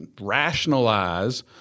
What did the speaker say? rationalize